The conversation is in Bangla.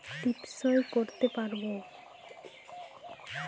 টিপ সই করতে পারবো?